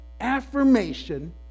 affirmation